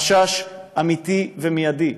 חשש אמיתי ומיידי.